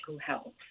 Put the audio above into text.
health